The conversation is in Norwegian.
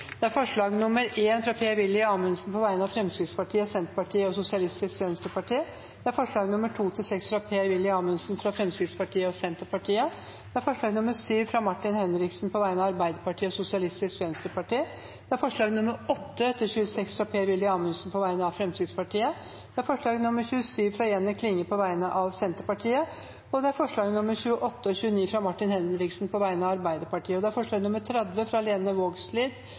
Det er forslag nr. 1, fra Per Willy Amundsen på vegne av Fremskrittspartiet, Senterpartiet og Sosialistisk Venstreparti forslagene nr. 2–6, fra Per Willy Amundsen på vegne av Fremskrittspartiet og Senterpartiet forslag nr. 7, fra Martin Henriksen på vegne av Arbeiderpartiet og Sosialistisk Venstreparti forslagene nr. 8–26, fra Per Willy Amundsen på vegne av Fremskrittspartiet forslag nr. 27, fra Jenny Klinge på vegne av Senterpartiet forslagene nr. 28 og 29, fra Martin Henriksen på vegne av Arbeiderpartiet forslag nr. 30, fra Lene Vågslid